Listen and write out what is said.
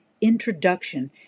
introduction